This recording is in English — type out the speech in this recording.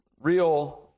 real